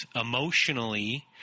emotionally